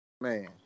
man